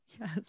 Yes